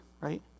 right